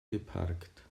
geparkt